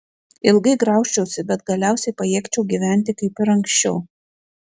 ilgai graužčiausi bet galiausiai pajėgčiau gyventi kaip ir anksčiau